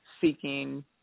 seeking